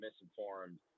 misinformed